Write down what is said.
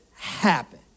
happen